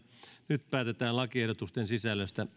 nyt päätetään lakiehdotusten sisällöstä